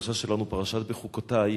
הפרשה שלנו, פרשת בחוקותי,